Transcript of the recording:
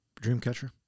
Dreamcatcher